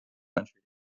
country